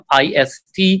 IST